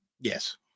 Yes